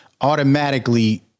automatically